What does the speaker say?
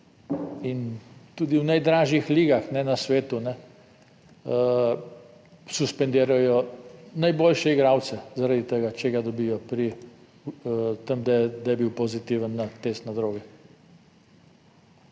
In tudi v najdražjih ligah na svetu suspendirajo najboljše igralce zaradi tega, če ga dobijo pri tem, da je bil pozitiven test na drogi.